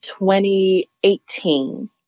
2018